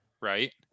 right